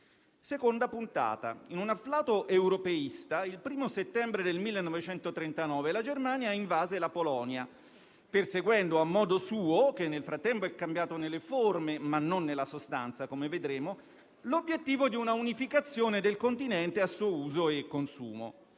Seconda puntata. In un afflato europeista, il 1° settembre 1939 la Germania invase la Polonia, perseguendo a modo suo - che nel frattempo è cambiato nelle forme, ma non nella sostanza, come vedremo - l'obiettivo di una unificazione del Continente, a suo uso e consumo.